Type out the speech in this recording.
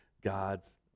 God's